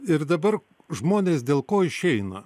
ir dabar žmonės dėl ko išeina